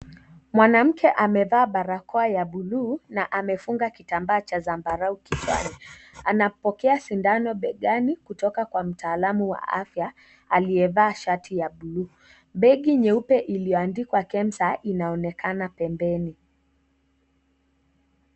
Mwanamke amevaa barakoa ya bluu na amefunga kitambaa cha zambarau kichwani. Anapokea sindano begani kutoka Kwa mtaalamu wa afya aliyevaa shati ya bluu. Begi nyeupe iliyoandikwa KEMSA inaonekana pempeni.